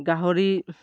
গাহৰি